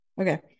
Okay